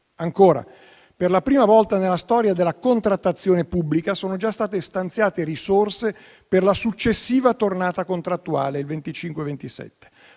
Ancora, per la prima volta nella storia della contrattazione pubblica, sono già state stanziate risorse per la successiva tornata contrattuale 2025-2027,